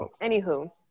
Anywho